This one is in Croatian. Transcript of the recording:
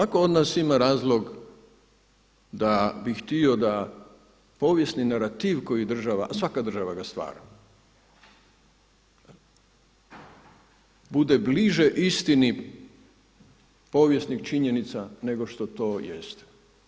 Svatko od nas ima razlog da bi htio da povijesni narativ koji država, a svaka država ga stvara bude bliže istini povijesnih činjenica nego što to jeste.